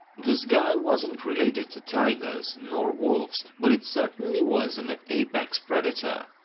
this guy wasn't related to tigers, nor wolfs, but it certainly was an apex predator.